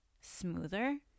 smoother